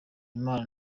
impano